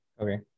Okay